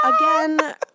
Again